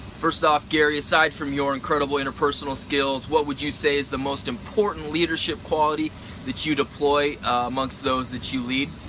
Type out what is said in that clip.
first off, gary aside for your incredible interpersonal skills, what would you say is the most important leadership quality that you deploy amongst those that you lead?